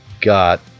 got